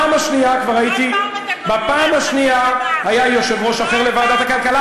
יושב כאן שר האוצר שטייניץ,